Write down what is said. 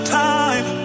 time